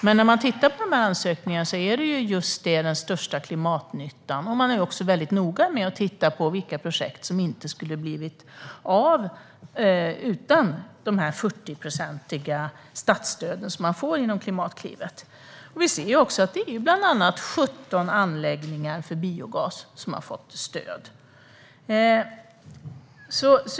Men av de beviljade ansökningarna är det just den största klimatnyttan man har tittat på och på vilka projekt som inte skulle ha blivit av utan de 40-procentiga statsstöden som man får genom Klimatklivet. Bland annat 17 anläggningar för biogas har fått stöd.